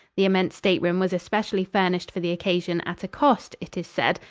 the immense stateroom was especially furnished for the occasion at a cost, it is said,